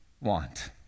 want